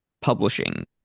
publishing